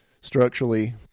Structurally